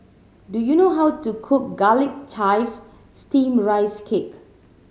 do you know how to cook Garlic Chives Steamed Rice Cake